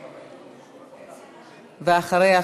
ואחריה,